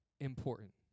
important